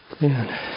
Man